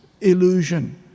illusion